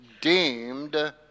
deemed